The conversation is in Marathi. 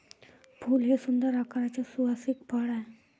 फूल हे सुंदर आकाराचे सुवासिक फळ आहे